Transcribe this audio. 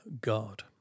God